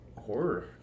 horror